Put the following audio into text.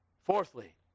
fourthly